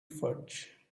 fudge